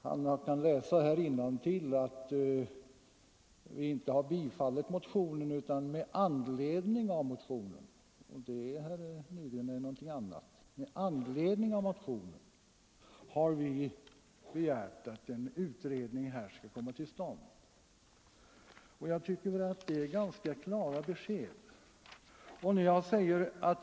Han kan läsa innantill och konstatera att vi inte har tillstyrkt motionen utan ”i anledning av motionen” begärt en förutsättningslös utredning och det är, herr Nygren, någonting annat. Jag tycker att det är ganska klara besked.